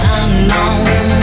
unknown